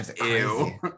ew